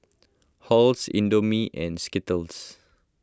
Halls Indomie and Skittles